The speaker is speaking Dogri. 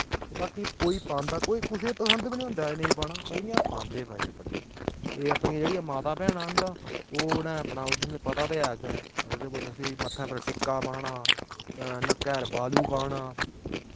ते बाकी कोई पांदा कोई कुसै गी पसंद बी नी होंदा ऐ नेईं पाना पर इ'यां पांदे भाई अपने ते अपनियां जेह्ड़ियां मातां भैनां न तां ओह् उ'नें अपना तुसें पता ते ऐ गै केह् बोलदे उसी मत्थै पर टिक्का पाना नक्कै पर बालू पाना